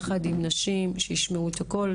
יחד עם נשים שישמעו את הכל.